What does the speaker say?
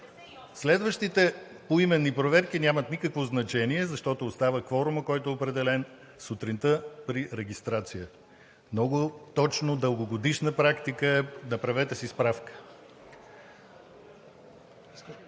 Следващите поименни проверки нямат никакво значение, защото остава кворумът, който е определен сутринта при регистрацията. (Реплики от ГЕРБ-СДС.) Много точно – дългогодишна практика е. Направете си справка.